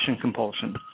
compulsion